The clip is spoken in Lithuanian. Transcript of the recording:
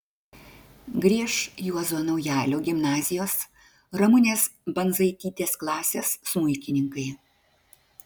grieš juozo naujalio gimnazijos ramunės bandzaitytės klasės smuikininkai